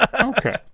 Okay